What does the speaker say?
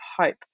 hope